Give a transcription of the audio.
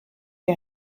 der